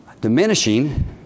diminishing